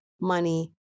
money